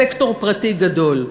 סקטור פרטי גדול.